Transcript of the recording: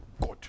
God